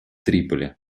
триполи